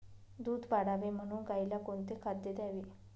दूध वाढावे म्हणून गाईला कोणते खाद्य द्यावे?